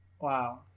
Wow